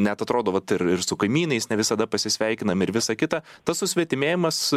net atrodo vat ir ir su kaimynais ne visada pasisveikinam ir visa kita tas susvetimėjimas